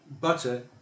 butter